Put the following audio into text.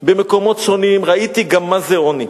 במקומות שונים, ראיתי גם מה זה עוני.